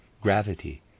gravity